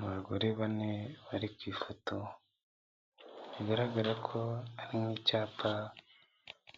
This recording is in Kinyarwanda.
Abagore bane bari ku ifoto bigaragara ko ari nk'icyapa